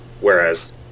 whereas